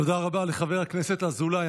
תודה רבה לחבר הכנסת אזולאי.